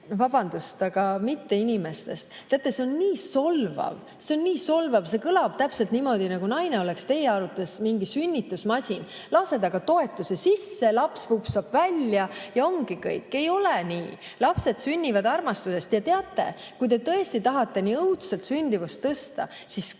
Vabandust, aga mitte inimestest! Teate, see on nii solvav, see on nii solvav. See kõlab täpselt niimoodi, nagu naine oleks teie arvates mingi sünnitusmasin, lased aga toetuse sisse, laps vupsab välja ja ongi kõik. Ei ole nii. Lapsed sünnivad armastusest. Teate, kui te tõesti tahate nii õudselt sündimust tõsta, siis kõige